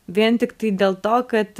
vien tiktai dėl to kad